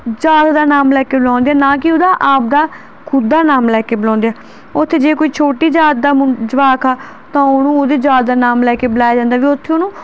ਜਾਤ ਦਾ ਨਾਮ ਲੈ ਕੇ ਬੁਲਾਉਂਦੇ ਆ ਨਾ ਕਿ ਉਹਦਾ ਆਪਦਾ ਖੁਦ ਦਾ ਨਾਮ ਲੈ ਕੇ ਬੁਲਾਉਂਦੇ ਆ ਉੱਥੇ ਜੇ ਕੋਈ ਛੋਟੀ ਜਾਤ ਦਾ ਮੁੰ ਜਵਾਕ ਆ ਤਾਂ ਉਹਨੂੰ ਉਹਦੀ ਜਾਤ ਦਾ ਨਾਮ ਲੈ ਕੇ ਬੁਲਾਇਆ ਜਾਂਦਾ ਵੀ ਉੱਥੇ ਉਹਨੂੰ